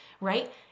Right